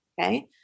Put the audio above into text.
Okay